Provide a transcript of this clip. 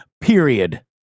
period